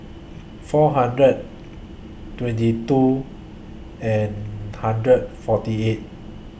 four hundred twenty two and hundred forty eight